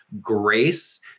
grace